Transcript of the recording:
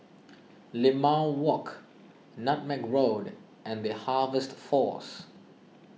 Limau Walk Nutmeg Road and the Harvest force